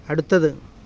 അടുത്തത്